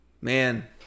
Man